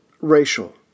racial